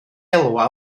elwa